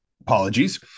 Apologies